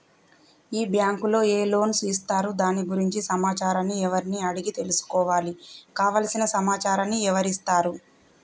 ఈ బ్యాంకులో ఏ లోన్స్ ఇస్తారు దాని గురించి సమాచారాన్ని ఎవరిని అడిగి తెలుసుకోవాలి? కావలసిన సమాచారాన్ని ఎవరిస్తారు?